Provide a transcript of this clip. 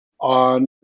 on